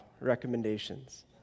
recommendations